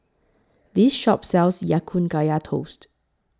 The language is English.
This Shop sells Ya Kun Kaya Toast